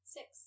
Six